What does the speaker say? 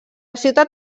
ciutat